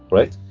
right?